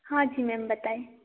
हाँ जी मैम बताएँ